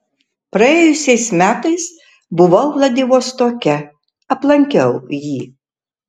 praėjusiais metais buvau vladivostoke aplankiau jį